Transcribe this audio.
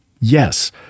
Yes